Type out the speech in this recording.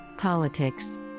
Politics